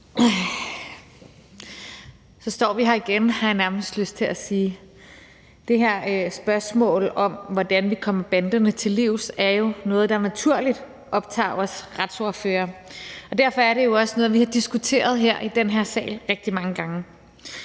Så står vi her igen, har jeg nærmest lyst til at sige. Det her spørgsmål om, hvordan vi kommer banderne til livs, er jo noget, der naturligt optager os retsordførere, og derfor er det jo også noget, vi har diskuteret her i den her sal rigtig mange gange.